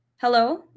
Hello